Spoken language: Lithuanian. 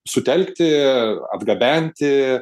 sutelkti atgabenti